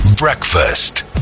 Breakfast